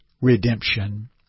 redemption